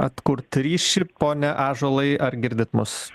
atkurt ryšį pone ąžuolai ar girdit mus